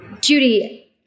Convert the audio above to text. Judy